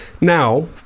now